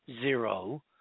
zero